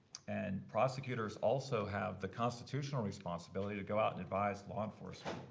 and prosecutors also have the constitutional responsibility to go out and advise law enforcement.